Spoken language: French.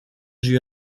j’ai